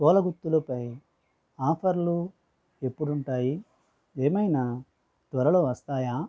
పూల గుత్తులు పై ఆఫర్లు ఎప్పుడుంటాయి ఏమైనా త్వరలో వస్తాయా